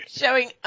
showing